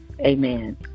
amen